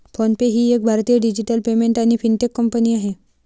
phone पे ही एक भारतीय डिजिटल पेमेंट आणि फिनटेक कंपनी आहे